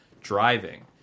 driving